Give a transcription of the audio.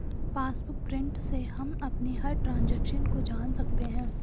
passbook print से हम अपनी हर ट्रांजेक्शन को जान सकते है